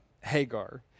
Hagar